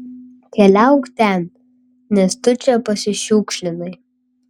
keliauk ten nes tu čia pasišiukšlinai